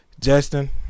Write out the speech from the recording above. Justin